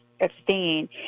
abstain